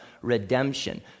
redemption